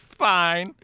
fine